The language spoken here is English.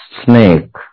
snake